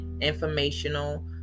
informational